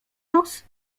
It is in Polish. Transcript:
los